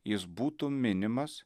jis būtų minimas